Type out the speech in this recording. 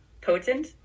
potent